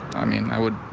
i mean i would.